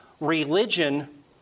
religion